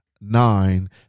nine